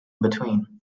between